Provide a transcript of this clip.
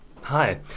Hi